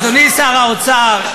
אדוני שר האוצר,